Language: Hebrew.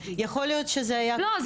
יכול להיות שזה היה --- לא,